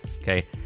okay